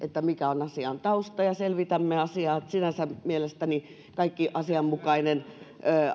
mikä on asian tausta ja selvitämme asiaa sinänsä mielestäni kaikki asianmukainen